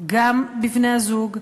גם בבני-הזוג,